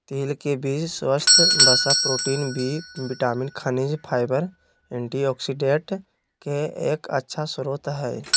तिल के बीज स्वस्थ वसा, प्रोटीन, बी विटामिन, खनिज, फाइबर, एंटीऑक्सिडेंट के एक अच्छा स्रोत हई